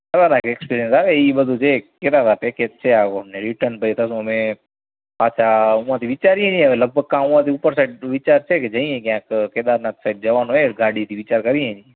ખતરનાક એક્સપિરિયન્સ આવે એ બધું જે એક કહેતા હતા પેકેજ છે આવું અમને રિટર્ન અમે પાછા વિચારીએ છીએ લગભગ કાં ઉવાંથી ઉપર સાઈડ વિચાર છે કે જઈએ ક્યાંક કેદારનાથ સાઈડ જવાનું હોય ગાડીથી વિચાર કરીએ છીએ